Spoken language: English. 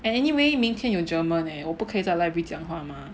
anyway 明天 German leh 我不可以在 library 讲话吗